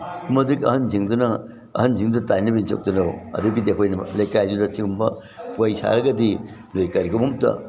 ꯃꯗꯨꯗꯒꯤ ꯑꯍꯟꯁꯤꯡꯗꯨꯅ ꯑꯍꯟꯁꯤꯡꯗꯨꯗ ꯇꯥꯏꯅꯕꯤ ꯊꯣꯛꯇꯅ ꯑꯗꯨꯗꯒꯤꯗꯤ ꯑꯩꯈꯣꯏꯅ ꯂꯩꯀꯥꯏꯗꯨꯗ ꯁꯤꯒꯨꯝꯕ ꯋꯥꯔꯤ ꯁꯥꯔꯒꯗꯤ ꯂꯩ ꯀꯔꯤꯒꯨꯝꯕ ꯑꯝꯇ